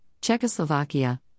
Czechoslovakia